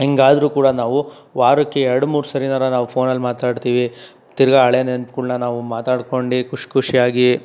ಹಿಂಗಾದ್ರೂ ಕೂಡ ನಾವು ವಾರಕ್ಕೆ ಎರಡು ಮೂರು ಸಲಿನಾರೂ ನಾವು ಫೋನಲ್ಲಿ ಮಾತಾಡ್ತೀವಿ ತಿರ್ಗಿ ಹಳೇ ನೆನಪುಗಳ್ನ ನಾವು ಮಾತಾಡ್ಕೊಂಡು ಖುಷಿ ಖುಷಿಯಾಗಿ